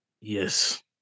yes